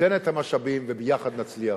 ניתן את המשאבים, וביחד נצליח.